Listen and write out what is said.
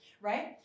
right